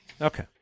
Okay